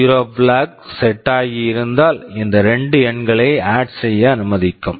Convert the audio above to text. zero 0 zero flag flag set set ஆகியிருந்தால் இந்த 2 எண்களைச் ஆட் add செய்ய அனுமதிக்கும்